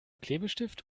klebestift